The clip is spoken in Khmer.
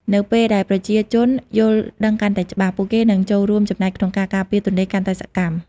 នៅពេលដែលប្រជាជនយល់ដឹងកាន់តែច្បាស់ ពួកគេនឹងចូលរួមចំណែកក្នុងការការពារទន្លេកាន់តែសកម្ម។